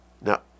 Now